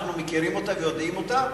אנחנו מכירים אותה ויודעים אותה,